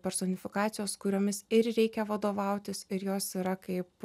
personifikacijos kuriomis ir reikia vadovautis ir jos yra kaip